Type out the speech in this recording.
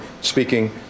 speaking